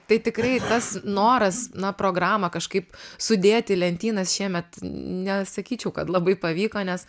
tai tikrai tas noras na programą kažkaip sudėt į lentynas šiemet nesakyčiau kad labai pavyko nes